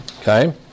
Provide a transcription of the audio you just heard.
Okay